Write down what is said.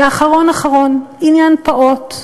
ואחרון אחרון, עניין פעוט: